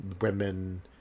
women